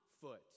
foot